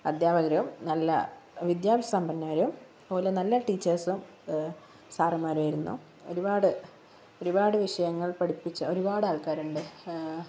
അധ്യാപകരും നല്ല വിദ്യാസമ്പന്നരും അതുപോലെ നല്ല ടീച്ചേഴ്സും സാറുമാരും ആയിരുന്നു ഒരുപാട് ഒരുപാട് വിഷയങ്ങൾ പഠിപ്പിച്ച ഒരുപാട് ആൾക്കാർ ഉണ്ട്